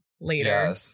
later